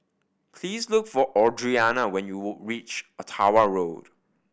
please look for Audriana when you reach Ottawa Road